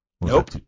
nope